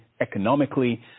economically